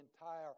entire